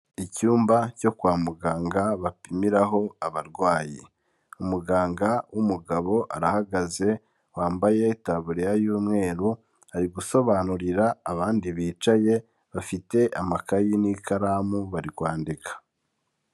Icyumba cyo kwa muganga bapimiraho abarwayi. Umuganga w'umugabo arahagaze wambaye itabuririya y'umweru, ari gusobanurira abandi bicaye bafite amakayi n'ikaramu bari kwandika.